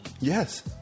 Yes